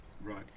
Right